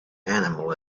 animal